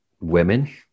women